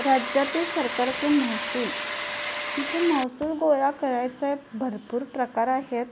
राज्यातील सरकारचे महसूल जे महसूल गोळा करायचे भरपूर प्रकार आहेत